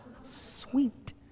Sweet